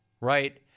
right